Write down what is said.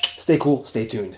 stay cool. stay tuned.